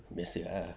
biasa ah